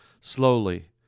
Slowly